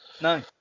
No